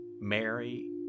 Mary